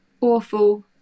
awful